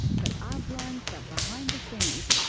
but i've learned that behind the scenes,